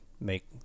make